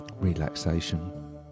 relaxation